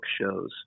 shows